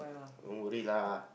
don't worry lah